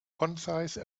concise